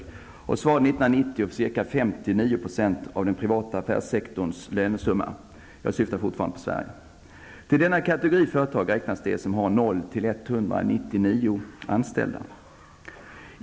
Småföretagen svarade 1990 för ca 59 % av den privata affärssektorns lönesumma. Jag syftar fortfarande på Sverige. Till denna kategori företag räknas de som har 0-- 199 anställda.